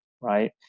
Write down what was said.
right